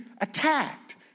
attacked